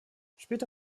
später